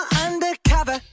undercover